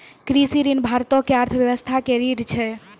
कृषि ऋण भारतो के अर्थव्यवस्था के रीढ़ छै